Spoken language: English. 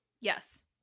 yes